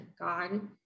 God